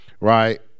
Right